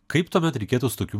kaip tuomet reikėtų su tokiu